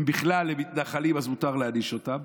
הם בכלל מתנחלים, אז מותר להעניש אותם,